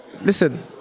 listen